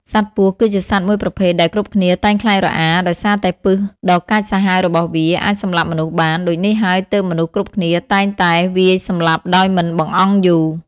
សត្វពស់ គឺជាសត្វមួយប្រភេទដែលគ្រប់គ្នាតែងខ្លាចរអា ដោយសារតែពិសដ៏កាចសាហាវរបស់វាអាចសម្លាប់មនុស្សបាន ដូចនេះហើយទើបមនុស្សគ្រប់គ្នាតែងតែវាយសម្លាប់ដោយមិនបង្អង់យូរ ។